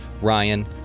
Ryan